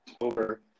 Over